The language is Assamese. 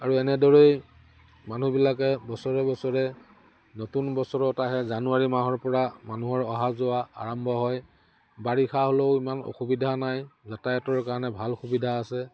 আৰু এনেদৰেই মানুহবিলাকে বছৰে বছৰে নতুন বছৰত আহে জানুৱাৰী মাহৰ পৰা মানুহৰ অহা যোৱা আৰম্ভ হয় বাৰিষা হ'লেও ইমান অসুবিধা নাই যাতায়াতৰ কাৰণে ভাল সুবিধা আছে